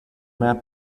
map